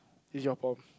is your problem